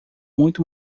muito